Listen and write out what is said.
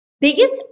Biggest